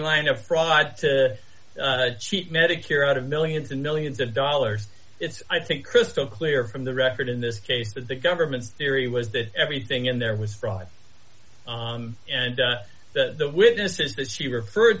lined up fraud to cheat medicare out of millions and millions of dollars it's i think crystal clear from the record in this case that the government's theory was that everything in there was fraud and that the witnesses that she referred